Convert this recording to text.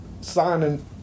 signing